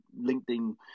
LinkedIn